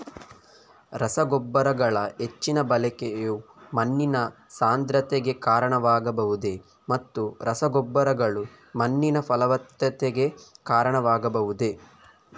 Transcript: ರಸಗೊಬ್ಬರಗಳ ಹೆಚ್ಚಿನ ಬಳಕೆಯು ಮಣ್ಣಿನ ಸಾಂದ್ರತೆಗೆ ಕಾರಣವಾಗಬಹುದೇ ಮತ್ತು ರಸಗೊಬ್ಬರಗಳು ಮಣ್ಣಿನ ಫಲವತ್ತತೆಗೆ ಕಾರಣವಾಗಬಹುದೇ?